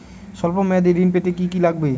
সল্প মেয়াদী ঋণ পেতে কি কি লাগবে?